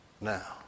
now